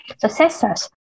successors